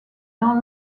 dans